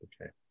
Okay